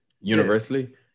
universally